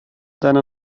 deiner